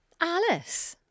Alice